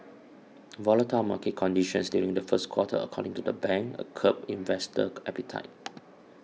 volatile market conditions during the first quarter according to the bank a curbed investor appetite